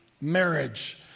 marriage